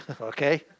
Okay